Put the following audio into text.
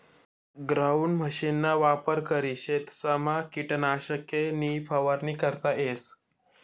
ground मशीनना वापर करी शेतसमा किटकनाशके नी फवारणी करता येस